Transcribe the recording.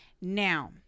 Now